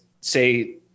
say